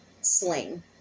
sling